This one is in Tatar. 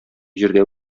җирдә